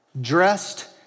dressed